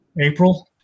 April